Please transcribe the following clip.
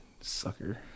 Sucker